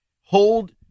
hold